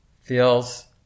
feels